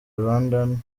rwandan